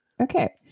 Okay